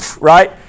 right